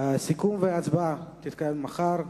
סיכום והצבעה יתקיימו מחר.